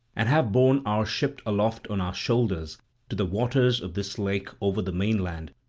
and have borne our ship aloft on our shoulders to the waters of this lake over the mainland,